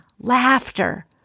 laughter